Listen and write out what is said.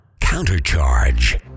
Countercharge